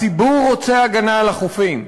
הציבור רוצה הגנה על החופים,